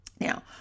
Now